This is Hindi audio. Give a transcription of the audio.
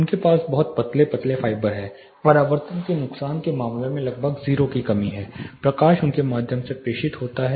उनके पास बहुत पतले पतले फाइबर हैं परावर्तन के नुकसान के मामले में लगभग 0 की कमी है प्रकाश उनके माध्यम से प्रेषित होता है